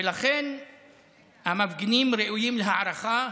ולכן המפגינים ראויים להערכה.